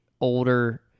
older